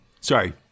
Sorry